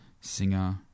singer